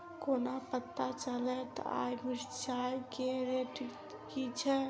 कोना पत्ता चलतै आय मिर्चाय केँ रेट की छै?